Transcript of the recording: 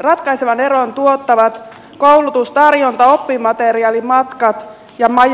ratkaisevan eron tuottavat koulutustarjonta oppimateriaali matkat ja majoitus